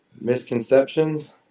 Misconceptions